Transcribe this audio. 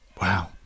Wow